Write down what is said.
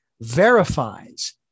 verifies